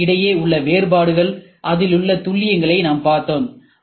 M இடையே உள்ள வேறுபாடுகள் அதிலுள்ள துல்லியங்களை நாம் பார்த்தோம்